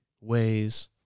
ways